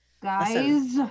Guys